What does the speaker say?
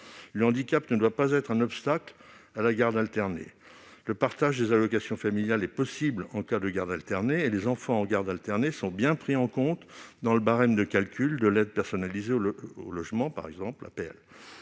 Le handicap ne doit pas être un obstacle à la garde alternée. Le partage des allocations familiales est possible en cas de garde alternée ; les enfants en garde alternée sont bien pris en compte, par exemple, dans le barème de calcul de l'aide personnalisée au logement (APL).